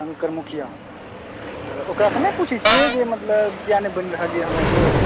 शङ्कर मुखिआ तऽ ओकरासँ नहि पूछैत छियै जे मतलब किआ नहि बनि रहल यऽ हमर रोड